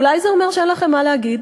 אולי זה אומר שאין לכם מה להגיד?